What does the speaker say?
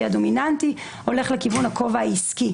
הדומיננטי הולך לכיוון הכובע העסקי